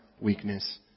weakness